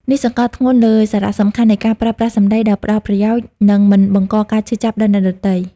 នេះសង្កត់ធ្ងន់លើសារៈសំខាន់នៃការប្រើប្រាស់សម្ដីដែលផ្ដល់ប្រយោជន៍ និងមិនបង្កការឈឺចាប់ដល់អ្នកដទៃ។